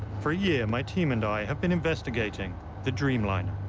for a year, my team and i have been investigating the dreamliner.